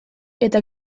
eta